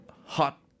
hot